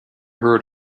heard